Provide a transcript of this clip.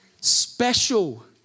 Special